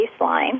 baseline